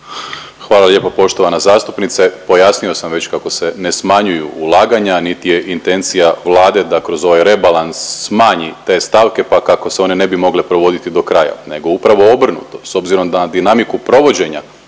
Hvala lijepo poštovana zastupnice. Pojasnio sam već kako se ne smanjuju ulaganja niti je intencija Vlade da kroz ovaj rebalans smanji te stavke pa kako se one ne bi mogle provoditi do kraja nego upravo obrnuto. S obzirom na dinamiku provođenja